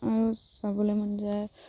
আৰু যাবলৈ মন যায়